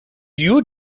you